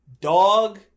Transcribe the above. Dog